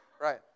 right